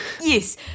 Yes